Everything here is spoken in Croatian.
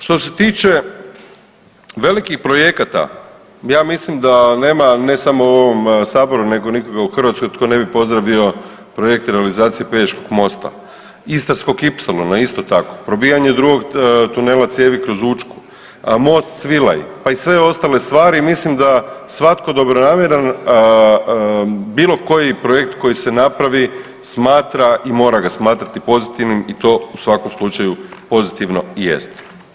Što se tiče velikih projekata ja mislim da nema ne samo u ovom saboru nego nikoga u Hrvatskoj tko ne bi pozdravio projekt realizacije Pelješkog mosta, Istarskog ipsilona isto tako, probijanje drugog tunela cijevi kroz Učku, most Svilaj, pa i sve ostale stvari i mislim da svatko dobronamjeran bilo koji projekt koji se napravi smatra i mora ga smatrati pozitivnim i to u svakom slučaju pozitivno i jeste.